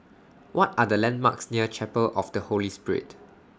What Are The landmarks near Chapel of The Holy Spirit